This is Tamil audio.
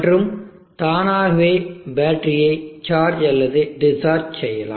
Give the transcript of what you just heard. மற்றும் தானாகவே பேட்டரியை சார்ஜ் அல்லது டிஸ்சார்ஜ் செய்யலாம்